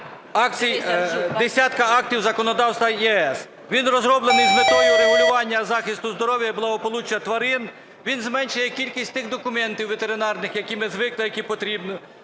десятка актів законодавства ЄС. Він розроблений з метою регулювання захисту здоров'я і благополуччя тварин, він зменшує кількість тих документів ветеринарних, які ми звикли, які потрібні.